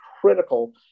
critical